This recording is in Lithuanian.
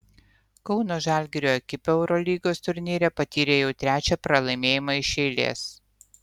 kauno žalgirio ekipa eurolygos turnyre patyrė jau trečią pralaimėjimą iš eilės